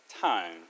time